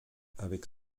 avec